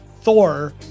Thor